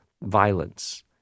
violence